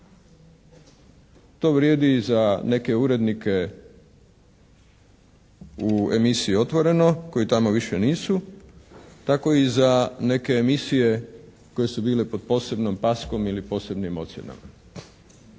To vrijedi i za neke urednike u emisiji “Otvoreno“ koji tamo više nisu tako i za neke emisije koje su bile pod posebnom paskom ili posebnim ocjenama.